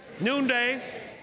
noonday